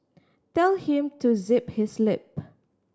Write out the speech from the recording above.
tell him to zip his lip